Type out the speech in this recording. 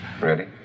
ready